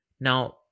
now